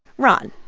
ron,